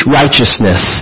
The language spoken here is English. righteousness